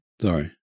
Sorry